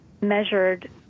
measured